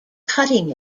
cutting